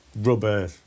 rubber